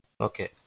Okay